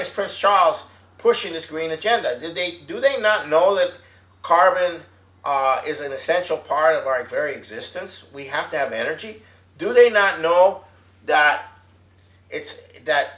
is prince charles pushing this green agenda do they do they not know that carbon is an essential part of our very existence we have to have energy do they not know that it's that